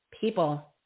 people